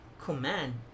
command